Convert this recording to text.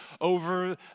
over